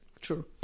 True